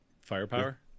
firepower